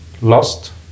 lost